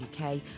UK